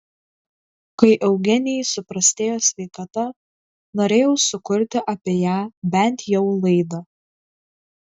kai eugenijai suprastėjo sveikata norėjau sukurti apie ją bent jau laidą